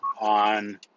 on